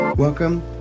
Welcome